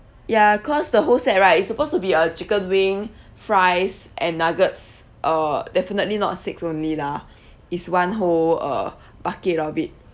ya cause the whole set right it's supposed to be a chicken wing fries and nuggets uh definitely not six only lah it's one who uh bucket of it